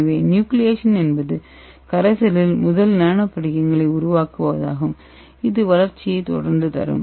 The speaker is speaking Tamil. எனவே நியூக்ளியேஷன் என்பது கரைசலில் முதல் நானோ படிகங்களை உருவாக்குவது ஆகும் இது வளர்ச்சியைத் தொடர்ந்து தரும்